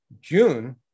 June